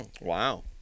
Wow